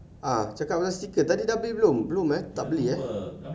ah cakap pasal sticker dah beli belum belum eh tak beli